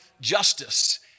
justice